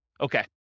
Okay